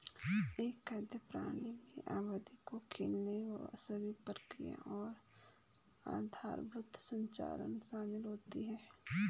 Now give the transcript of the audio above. एक खाद्य प्रणाली में आबादी को खिलाने सभी प्रक्रियाएं और आधारभूत संरचना शामिल होती है